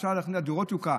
אפשר להכפיל על דירות יוקרה,